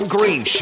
Green